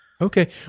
Okay